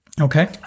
Okay